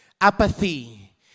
Apathy